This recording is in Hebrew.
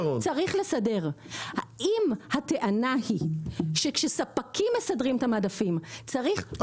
אם הטענה היא שכשספקים מסדרים את המדפים צריך יותר אנשים